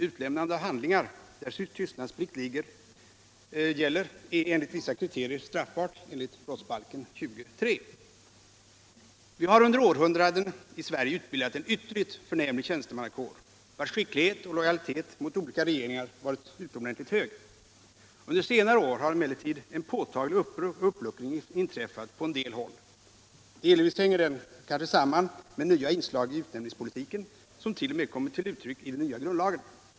Utlämnande av handlingar, där tystnadsplikt gäller, är enligt vissa kriterier straffbart enligt brottsbalken 20:3. Vi har under århundraden i Sverige utbildat en ytterligt förnämlig tjänststemannakår, vars skicklighet och lojalitet mot olika regeringar varit utomordentligt hög. Under senare år har emellertid en påtaglig uppluckring inträffat på en del håll. Delvis hänger denna kanske samman med nya inslag i utnämningspolitiken, som t.o.m. kommit till uttryck i den nya grundlagen.